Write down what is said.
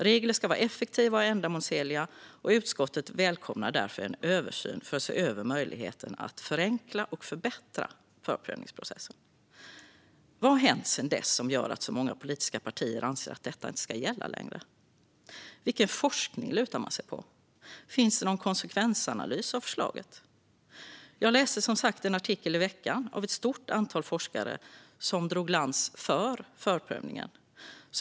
Regler ska vara effektiva och ändamålsenliga, och utskottet välkomnar därför en översyn för att se över möjligheterna att förenkla och förbättra förprövningsprocessen. Vad har hänt sedan dess som gör att så många politiska partier anser att detta inte ska gälla längre? Vilken forskning lutar man sig mot? Finns det någon konsekvensanalys av förslaget? Jag läste, som sagt, en artikel i veckan av ett stort antal forskare som drog lans för förprövningen.